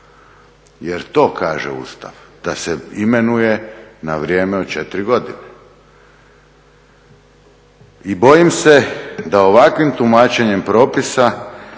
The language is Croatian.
jer to kaže Ustav, da se imenuje na vrijeme od 4 godine. I bojim se da ovakvim tumačenjem propisa